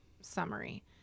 summary